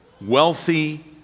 wealthy